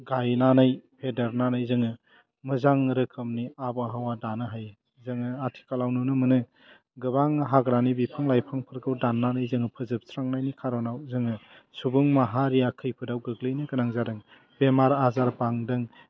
गायनानै फेदेरनानै जोङो मोजां रोखोमनि आबहावा दानो हायो जोङो आथिखालाव नुनो मोनो गोबां हाग्रानि बिफां लाइफांफोरखौ दान्नानै जोङो फोजोबस्रांनायनि खारनाव जोङो सुबुं माहारिआ खैफोदाव गोग्लैनो गोनां जादों बेमार आजार बांदों